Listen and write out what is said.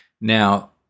Now